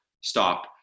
stop